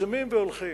המצטמצמים והולכים,